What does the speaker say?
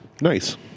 Nice